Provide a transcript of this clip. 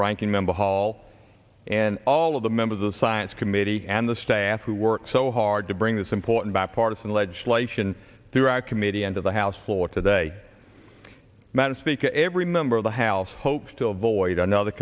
ranking member hall and all of the members of the science committee and the staff who worked so hard to bring this important bipartisan legislation through our committee and of the house floor today madam speaker every member of the house hopes to avoid another